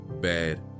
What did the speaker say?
bad